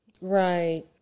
Right